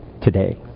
today